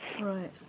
Right